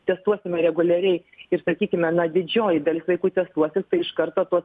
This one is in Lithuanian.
testuosime reguliariai ir sakykime na didžioji dalis vaikų testuosis iš karto to